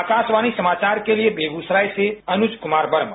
आकाशवाणी समाचार के लिए बेगूसराय से अनुज कुमार वर्मा